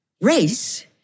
race